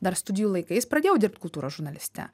dar studijų laikais pradėjau dirbti kultūros žurnaliste